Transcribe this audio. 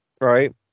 right